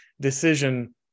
decision